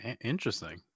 Interesting